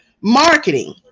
marketing